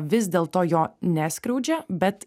vis dėl to jo neskriaudžia bet